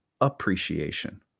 appreciation